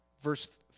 Verse